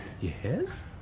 Yes